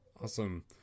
awesome